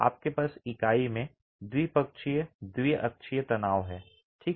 आपके पास इकाई में द्विपक्षीय द्विअक्षीय तनाव है ठीक है